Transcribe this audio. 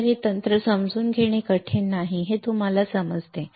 तर हे तंत्र समजून घेणे कठीण नाही हे तुम्हाला समजते